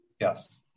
Yes